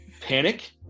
panic